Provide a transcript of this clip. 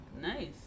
Nice